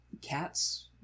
Cats